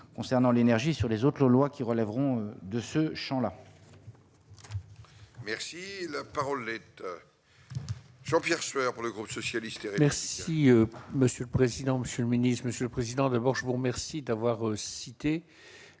concernant l'énergie sur les autres lois qui relèveront de ce Champ-là. Merci, la parole est Jean-Pierre Sueur pour le groupe socialiste. Merci monsieur le président, monsieur le ministre, monsieur le président, d'abord je vous remercie d'avoir cité